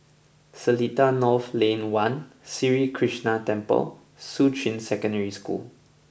Seletar North Lane One Sri Krishnan Temple Shuqun Secondary School